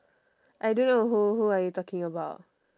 I don't know who who are you talking about